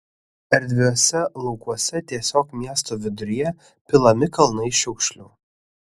erdviuose laukuose tiesiog miesto viduryje pilami kalnai šiukšlių